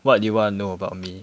what do you want to know about me